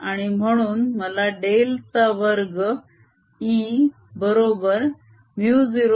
आणि म्हणून मला डेल चा वर्ग E बरोबर μ0ε0d2Edt2 मिळेल